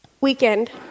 weekend